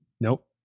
Nope